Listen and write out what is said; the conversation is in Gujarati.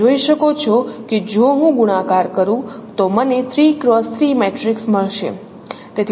તમે જોઈ શકો છો કે જો હું ગુણાકાર કરું તો મને 3 x3 મેટ્રિક્સ મળશે